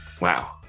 wow